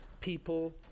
people